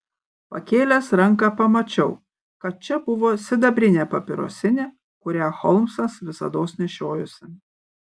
pakėlęs ranką pamačiau kad čia buvo sidabrinė papirosinė kurią holmsas visados nešiojosi